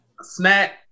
snack